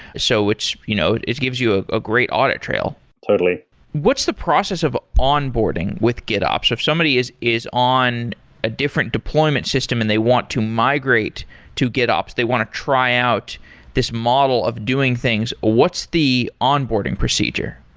so you know it gives you ah a great audit trail totally what's the process of onboarding with gitops, if somebody is is on a different deployment system and they want to migrate to gitops, they want to try out this model of doing things, what's the onboarding procedure?